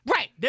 Right